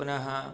पुनः